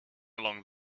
along